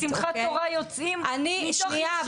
אז איך את מסבירה את הפורעים שבשמחת תורה יוצאים